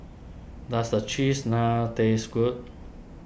does a Cheese Naan taste good